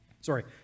Sorry